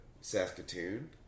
Saskatoon